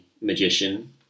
magician